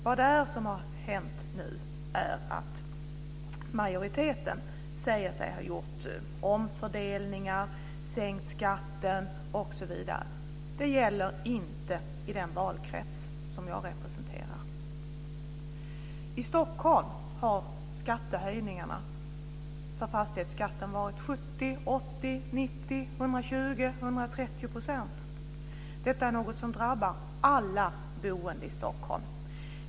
Vad det är som har hänt nu är att majoriteten säger sig ha gjort omfördelningar, sänkt skatten osv. Det gäller inte i den valkrets som jag representerar. I Stockholm har höjningarna av fastighetsskatten varit 70, 80, 90, 120 och 130 %. Detta är något som drabbar alla boende i Stockholm.